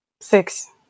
Six